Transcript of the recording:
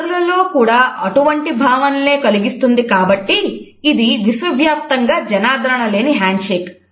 ఇతరులలో కూడా అటువంటి భావాలనే కలిగిస్తుంది కాబట్టి ఇది విశ్వవ్యాప్తంగా జనాదరణ లేని హ్యాండ్షేక్